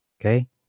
Okay